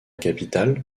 capitale